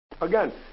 Again